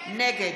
נגד